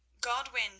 Godwin